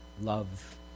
love